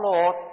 Lord